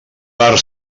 per